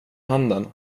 handen